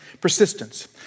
Persistence